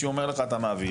מצד שני כמו שאתה אומר,